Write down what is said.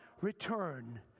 return